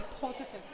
positive